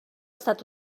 estat